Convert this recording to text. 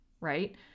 right